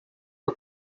her